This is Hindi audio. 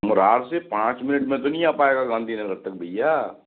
मोरार से पाँच मिनट में तो नहीं आ पाएगा गांधीनगर तक भैया